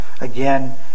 again